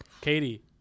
Katie